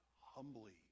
humbly